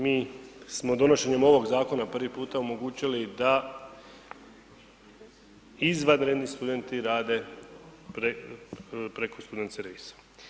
Mi smo donošenjem ovog zakona prvi puta omogućili da izvanredni studenti rade preko student servisa.